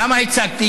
למה הצקתי?